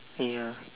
ya